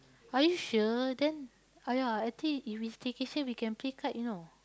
are you sure then ah ya I think if it's staycation we can play kite you know